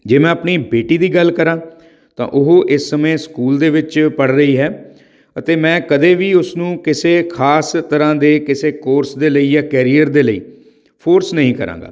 ਜੇ ਮੈਂ ਆਪਣੀ ਬੇਟੀ ਦੀ ਗੱਲ ਕਰਾਂ ਤਾਂ ਉਹ ਇਸ ਸਮੇਂ ਸਕੂਲ ਦੇ ਵਿੱਚ ਪੜ੍ਹ ਰਹੀ ਹੈ ਅਤੇ ਮੈਂ ਕਦੇ ਵੀ ਉਸਨੂੰ ਕਿਸੇ ਖ਼ਾਸ ਤਰ੍ਹਾਂ ਦੇ ਕਿਸੇ ਕੋਰਸ ਦੇ ਲਈ ਜਾਂ ਕੈਰੀਅਰ ਦੇ ਲਈ ਫੋਰਸ ਨਹੀਂ ਕਰਾਂਗਾ